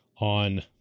on